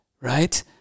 right